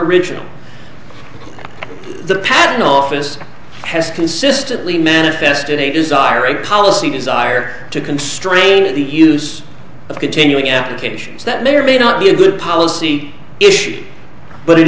original the patent office has consistently manifested a desire a policy desire to constrain the use of continuing applications that may or may not be a good policy issue but it